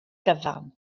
gyfan